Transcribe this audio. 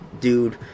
dude